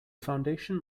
foundation